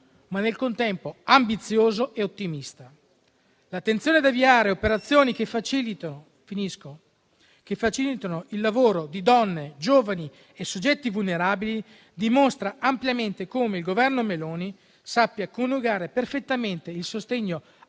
ma nel contempo ambizioso e ottimista. L'attenzione ad avviare operazioni che facilitino il lavoro di donne, giovani e soggetti vulnerabili dimostra ampiamente come il Governo Meloni sappia coniugare perfettamente il sostegno